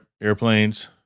airplanes